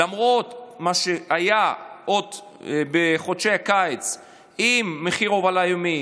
למרות מה שהיה עוד בחודשי הקיץ עם מחיר הובלה ימית,